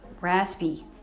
raspy